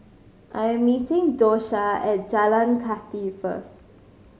I am meeting Dosha at Jalan Kathi first